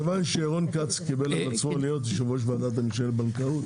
כיוון שרון כץ קיבל על עצמו להיות יושב ראש ועדת המשנה לבנקאות